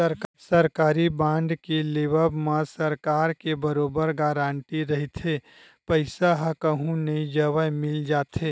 सरकारी बांड के लेवब म सरकार के बरोबर गांरटी रहिथे पईसा ह कहूँ नई जवय मिल जाथे